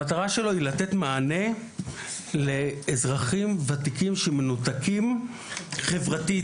המטרה שלו היא לתת מענה לאזרחים ותיקים שמנותקים חברתית,